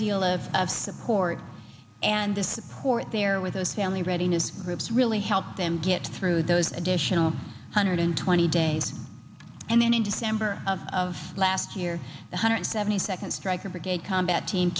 deal of support and to support their with those family readiness groups really helped them get through those additional hundred twenty days and then in december of last year one hundred seventy second stryker brigade combat team